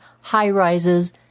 high-rises